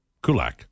kulak